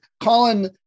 Colin